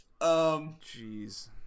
jeez